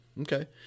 okay